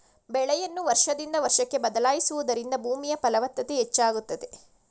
ಬೆಳೆಯನ್ನು ವರ್ಷದಿಂದ ವರ್ಷಕ್ಕೆ ಬದಲಾಯಿಸುವುದರಿಂದ ಭೂಮಿಯ ಫಲವತ್ತತೆ ಹೆಚ್ಚಾಗುತ್ತದೆ